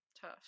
tough